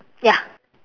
ya